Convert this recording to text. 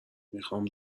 میخام